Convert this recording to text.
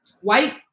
white